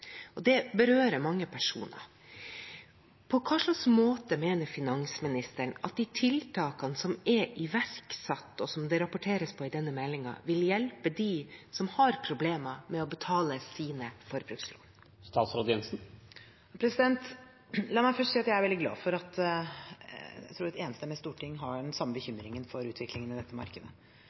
Det berører mange personer. På hvilken måte mener finansministeren at de tiltakene som er iverksatt, og som det rapporteres om i denne meldingen, vil hjelpe dem som har problemer med å betale sine forbrukslån? La meg først si at jeg er veldig glad for at – jeg tror – et enstemmig storting har den samme bekymringen for utviklingen i dette markedet,